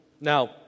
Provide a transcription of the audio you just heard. Now